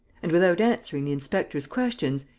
and, without answering the inspector's questions,